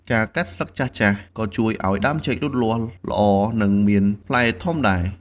ការកាត់ស្លឹកចាស់ៗក៏ជួយឱ្យដើមចេកលូតលាស់ល្អ និងមានផ្លែធំដែរ។